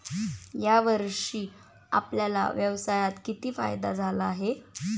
या वर्षी आपल्याला व्यवसायात किती फायदा झाला आहे?